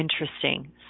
interesting